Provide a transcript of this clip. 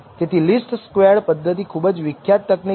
તેથી least square પદ્ધતિ ખુબજ વિખ્યાત તકનીક છે